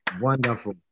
Wonderful